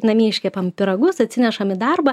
namie iškepam pyragus atsinešam į darbą